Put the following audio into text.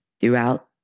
throughout